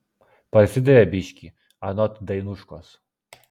parsidavė biškį anot dainuškos